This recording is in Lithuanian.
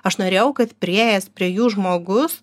aš norėjau kad priėjęs prie jų žmogus